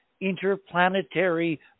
interplanetary